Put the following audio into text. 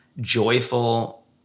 joyful